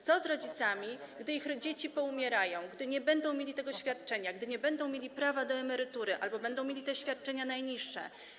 Co z rodzicami, gdy ich dzieci poumierają, gdy nie będą mieli tego świadczenia, gdy nie będą mieli prawa do emerytury albo będą mieli te świadczenia najniższe?